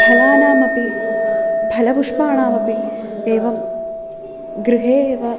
फलानामपि फलपुष्पाणामपि एवं गृहे एव